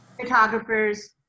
Photographers